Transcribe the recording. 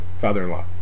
father-in-law